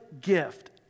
gift